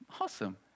awesome